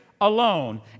alone